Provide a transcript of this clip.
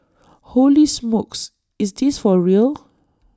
holy smokes is this for real